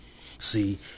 See